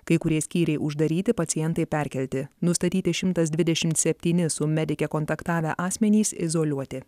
kai kurie skyriai uždaryti pacientai perkelti nustatyti šimtas dvidešimt septyni su medike kontaktavę asmenys izoliuoti